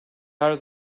her